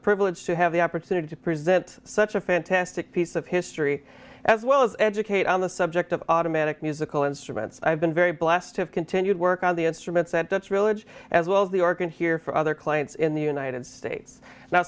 privilege to have the opportunity to present such a fantastic piece of history as well as educate on the subject of automatic musical instruments i've been very blessed to have continued work on the instruments that that's relig as well as the organ here for other clients in the united states